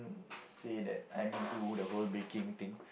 say that I mean do the whole baking thing